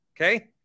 Okay